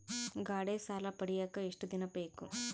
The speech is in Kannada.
ಗಾಡೇ ಸಾಲ ಪಡಿಯಾಕ ಎಷ್ಟು ದಿನ ಬೇಕು?